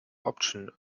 option